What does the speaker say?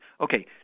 Okay